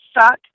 suck